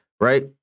Right